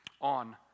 on